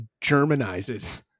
Germanizes